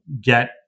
get